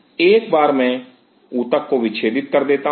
जब एक बार मैं ऊतक को विच्छेदित कर देता हूं